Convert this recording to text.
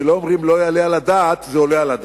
שכשאומרים "לא יעלה על הדעת" זה עולה על הדעת,